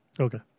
okay